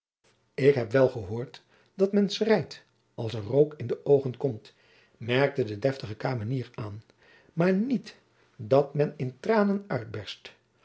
ik heb wel gehoord dat men schreit als er rook in de oogen komt merkte de deftige kamenier aan maar niet dat men in tranen